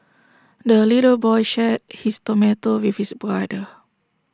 the little boy shared his tomato with his brother